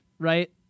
Right